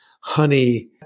honey